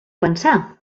pensar